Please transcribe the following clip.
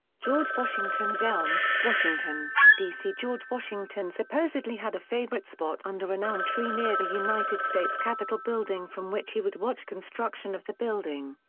george washington's elm, washington, d c. george washington supposedly had a favorite spot under an elm tree near the united states capitol building from which he would watch construction of the building.